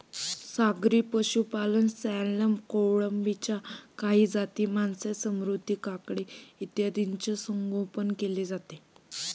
सागरी पशुपालनात सॅल्मन, कोळंबीच्या काही जाती, मासे, समुद्री काकडी इत्यादींचे संगोपन केले जाते